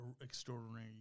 extraordinary